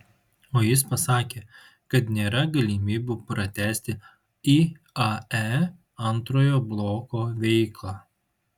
o jis pasakė kad nėra galimybių pratęsti iae antrojo bloko veiklą